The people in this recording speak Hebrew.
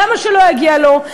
למה שלא יגיע לו?